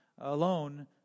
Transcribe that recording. alone